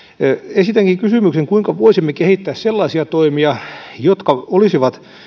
esitänkin kysymyksen kuinka voisimme kehittää sellaisia toimia jotka olisivat